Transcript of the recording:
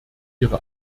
ihre